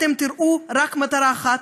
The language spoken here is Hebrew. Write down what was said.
אתם תראו רק מטרה אחת,